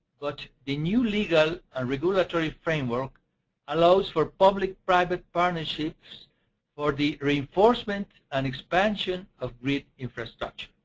but the new legal and regulatory framework allows for public private partnerships for the reinforcement and expansion of grid infrastructure.